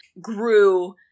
grew